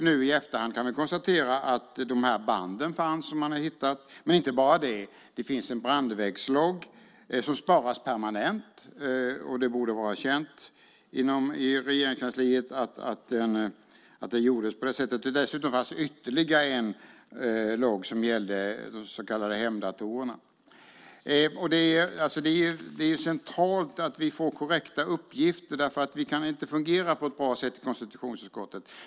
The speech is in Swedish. Nu i efterhand kan vi konstatera att de här banden fanns som man har hittat. Men inte bara de, utan det finns också en brandväggslogg som sparas permanent. Det borde vara känt inom Regeringskansliet att det gjordes. Dessutom fanns det ytterligare en logg som gällde de så kallade hemdatorerna. Det är centralt att vi får korrekta uppgifter, därför att annars kan vi inte fungera på ett bra sätt i konstitutionsutskottet.